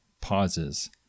pauses